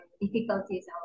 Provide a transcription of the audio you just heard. difficulties